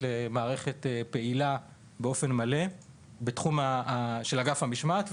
למערכת פעילה באופן מלא באגף המשמעת,